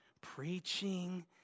preaching